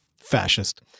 Fascist